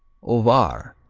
ovar,